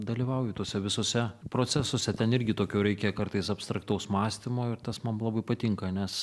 dalyvauju tuose visuose procesuose ten irgi tokio reikia kartais abstraktaus mąstymo ir tas man labai patinka nes